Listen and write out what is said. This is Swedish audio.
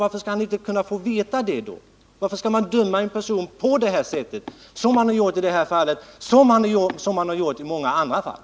Varför skulle han inte få veta det? Varför skall man döma en person på det sätt som man har gjort i detta fall och i många andra fall?